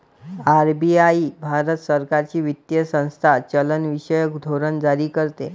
RBI Bharat सरकारची वित्तीय संस्था चलनविषयक धोरण जारी करते